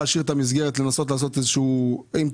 מי